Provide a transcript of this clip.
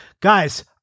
Guys